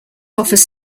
offers